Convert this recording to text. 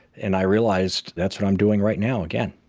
and i realized that's what i'm doing right now again.